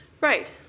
Right